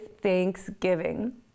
thanksgiving